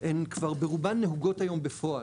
הן כבר ברובן נהוגות היום בפועל,